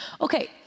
Okay